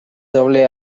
doble